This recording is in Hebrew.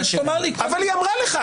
אבל היא אמרה לך.